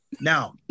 Now